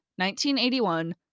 1981